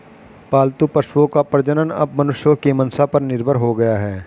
पालतू पशुओं का प्रजनन अब मनुष्यों की मंसा पर निर्भर हो गया है